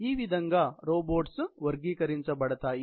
ఈ విధంగా రోబోట్స్ వర్గీకరించబడతాయి